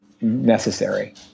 necessary